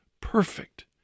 perfect